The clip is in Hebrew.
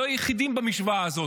אנחנו לא היחידים במשוואה הזאת.